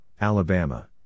Alabama